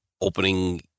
opening